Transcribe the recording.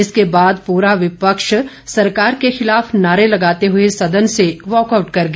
इसके बाद पूरा विपक्ष सरकार के खिलाफ नारे लगाते हुए सदन से वाकआउट कर दिया